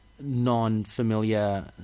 non-familiar